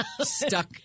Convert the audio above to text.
stuck